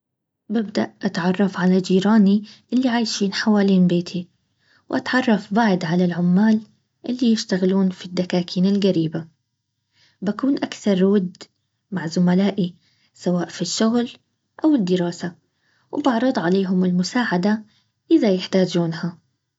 ببدأ اتعرف على جيراني اللي عايشين حوالين بيتي، واتعرف بعد على العمال اللي يشتغلون في الدكاكين القريبة، بكون اكثر ود مع زملائي سواء في الشغل او الدراسةوبعرض عليهم المساعدة اذا يحتاجونها